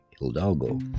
Hidalgo